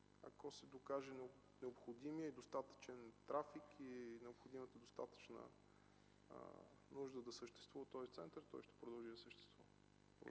ако се докаже необходимият и достатъчен трафик и необходимата достатъчна нужда да съществува този център, той ще продължи да съществува.